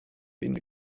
been